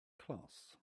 class